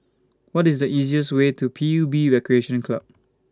What IS The easiest Way to P U B Recreation Club